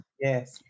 Yes